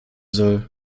soll